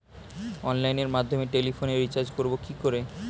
অনলাইনের মাধ্যমে টেলিফোনে রিচার্জ করব কি করে?